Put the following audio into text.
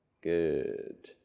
Good